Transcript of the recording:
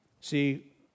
See